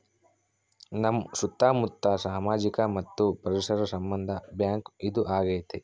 ನಮ್ ಸುತ್ತ ಮುತ್ತ ಸಾಮಾಜಿಕ ಮತ್ತು ಪರಿಸರ ಸಂಬಂಧ ಬ್ಯಾಂಕ್ ಇದು ಆಗೈತೆ